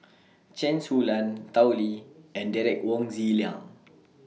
Chen Su Lan Tao Li and Derek Wong Zi Liang